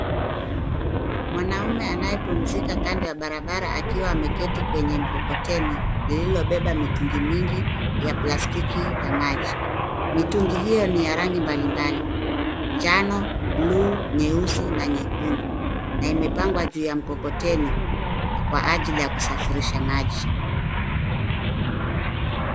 Mwanaume anayepumzika kando ya barabara akiwa ameketi kwenye mkokoteni lililobeba mitungi mingi ya plastiki ya maji. Mitungi hiyo ni ya rangi mbalimbali njano ,bluu ,nyeusi na nyekundu na imepangwa juu ya mkokoteni kwa ajili ya kusafirisha maji.